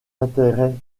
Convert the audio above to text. intérêt